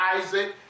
Isaac